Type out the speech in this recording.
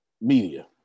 media